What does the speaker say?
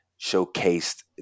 showcased